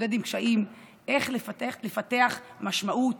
להתמודד עם קשיים, איך לפתח משמעות.